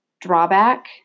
drawback